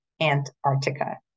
Antarctica